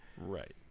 Right